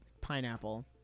pineapple